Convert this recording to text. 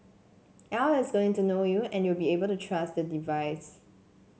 AI is going to know you and you will be able to trust the device